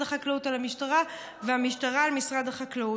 החקלאות על המשטרה והמשטרה על משרד החקלאות.